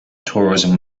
tourism